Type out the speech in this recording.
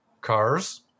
cars